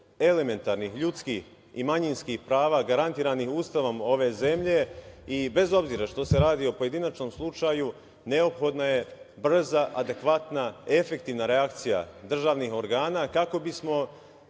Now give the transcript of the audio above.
elementarnih ljudskih i manjinskih prava garantiranih Ustavom ove zemlje i bez obzira što se radi o pojedinačnom slučaju, neophodna je brza, adekvatna, efektivna reakcija državnih organa, kako bismo